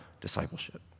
discipleship